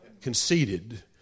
conceded